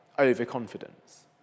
overconfidence